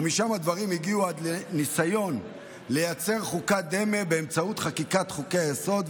ומשם הדברים הגיעו עד ניסיון לייצר חוקת דמה באמצעות חקיקת חוקי-היסוד,